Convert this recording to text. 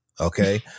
Okay